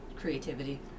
creativity